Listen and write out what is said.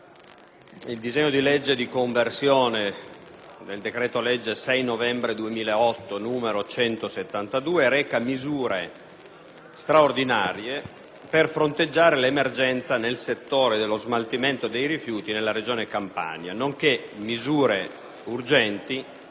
in legge, con modificazioni, del decreto-legge 6 novembre 2008, n. 172, recante misure straordinarie per fronteggiare l'emergenza nel settore dello smaltimento dei rifiuti nella regione Campania, nonché misure urgenti